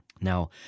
Now